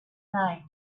night